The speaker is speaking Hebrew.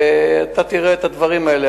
ואתה תראה את הדברים האלה,